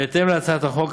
בהתאם להצעת החוק,